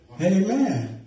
Amen